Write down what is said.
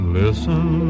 listen